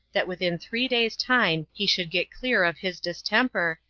that within three days' time he should get clear of his distemper,